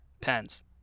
Pens